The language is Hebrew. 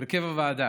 הרכב הוועדה,